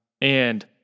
and-